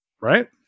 Right